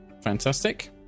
Fantastic